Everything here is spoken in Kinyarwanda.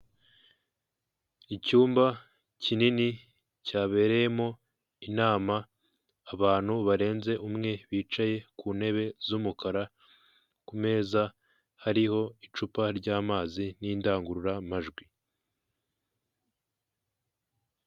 Icyumba kinini cyabereyemo inama abantu barenze umwe bicaye ku ntebe z'umukara ku meza hariho icupa ry'amazi n'indangurura majwi.